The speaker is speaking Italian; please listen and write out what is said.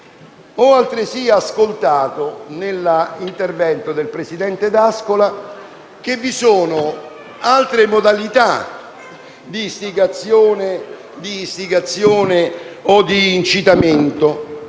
Ho altresì ascoltato, nell'intervento del presidente D'Ascola, che vi sono altre modalità di istigazione o di incitamento,